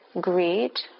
greed